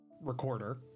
recorder